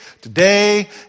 today